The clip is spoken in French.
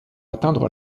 atteindre